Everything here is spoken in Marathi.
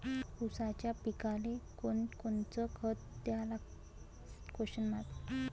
ऊसाच्या पिकाले कोनकोनचं खत द्या लागन?